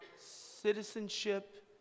citizenship